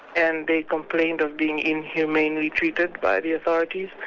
and they complained of being inhumanely treated by the authorities,